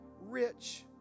rich